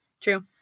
True